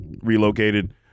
relocated